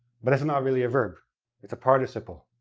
but it's not really a verb it's a participle.